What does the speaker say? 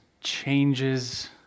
changes